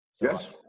Yes